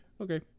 Okay